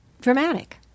dramatic